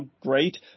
great